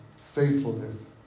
faithfulness